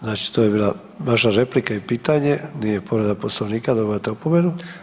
Znači to je bila vaša replika i pitanje, nije povreda Poslovnika, dobivate opomenu.